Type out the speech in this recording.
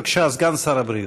בבקשה, סגן שר הבריאות.